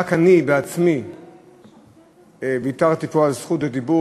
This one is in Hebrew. רק אני עצמי ויתרתי פה על זכות לדיבור